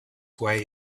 way